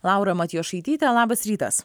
laura matjošaitytė labas rytas